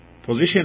position